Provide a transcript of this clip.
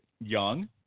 young